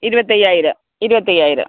ഇരുപത്തി അയ്യായിരം ഇരുപത്തി അയ്യായിരം